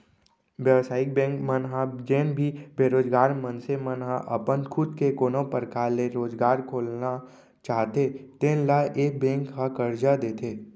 बेवसायिक बेंक मन ह जेन भी बेरोजगार मनसे मन ह अपन खुद के कोनो परकार ले रोजगार खोलना चाहते तेन ल ए बेंक ह करजा देथे